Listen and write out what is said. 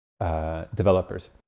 developers